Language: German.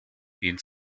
ihn